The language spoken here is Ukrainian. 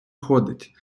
ходить